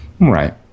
Right